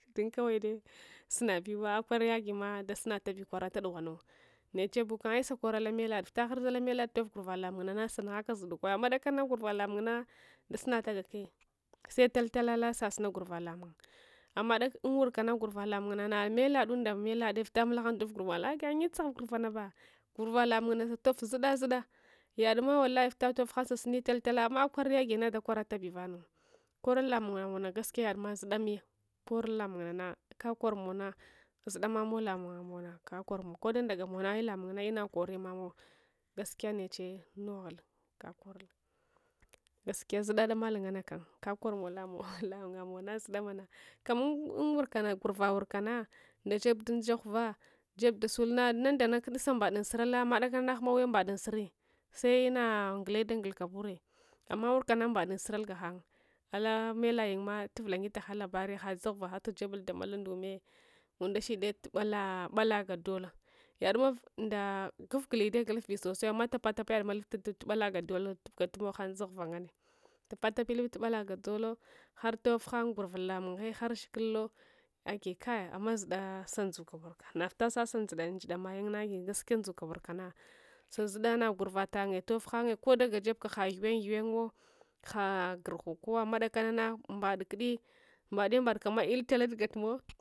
Tun kawai de sunabiwa akwarays gima da sunalapi kwarata dughwangau nechebuksam ai'sakor lamelad vita ghur za lamelad tof gurva lamung nana nughaka sudukuwa amma kudak anana gurva lamung na dasunata gake sel altala lasasuna gurva lamung amma dakan unwurkana gurva lamungna nameladunda melade vita mamulahan daf gurva lamung agayun na awift sagha gurvanabe gurva lamungna salof zuda zuda yadma wallahi vita tof hang sunnitaltala amma akwari gina kwar alapi vanu konul lamung ngamow na gaskiya yadma zuda miya korul lamung nana kakorumowna zu damamow lamung ngamowna kakormow kodundagamowna kakor mow ai lamung na inakoremamow gaskiya neche noghul kakorul gaskiya zuda damal nganakam kakorumow lamung ngamowns zudamana kama unwurkana gurva wurkana nda neche jeb dun jaghiva jeb dasul nananda nan sangjeb unsuralna amma dakan anawembad unsure se'ina gule nda gulkabure amma wurkana mba dun sure gahang alamelayunma tuvule nyeta han labariha jaghuvsha hang jebulnda malun ndume unadshid’e tubalagad ola yadmav nda gufgulede gutufbi sosaiwa amma tapa tapa yadma lufta tub’ala gadzota tubgatumoghang dzag huva nganne tapatapi lufta tub’ala gadzota hartof hang gurva lamungye har shikulo agi kai amma zudasandzuka wurka navita sasa ndzuda mayun na agi gaskiya ndzuka wurkana sazuda nagurva tange tof hanye kodaga jebka haheuweng heuwenguso hagurhukuwa amma kudakanana mbadkudi mbade mbadkama iltala gatumo